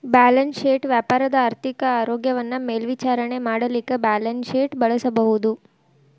balance sheet ವ್ಯಾಪಾರದ ಆರ್ಥಿಕ ಆರೋಗ್ಯವನ್ನ ಮೇಲ್ವಿಚಾರಣೆ ಮಾಡಲಿಕ್ಕೆ ಬ್ಯಾಲನ್ಸ್ಶೇಟ್ ಬಳಸಬಹುದು